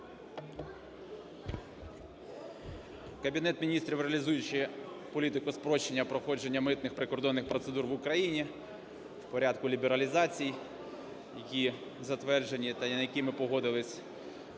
Кабінет Міністрів, реалізуючи політику спрощення проходження митних прикордонних процедур в Україні в порядку лібералізацій, які затверджені та на які ми погодилися